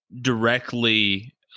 directly